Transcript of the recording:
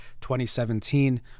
2017